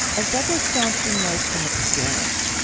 as douglas johnston knows from experience,